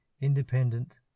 independent